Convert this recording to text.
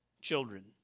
children